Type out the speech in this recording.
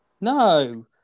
no